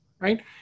right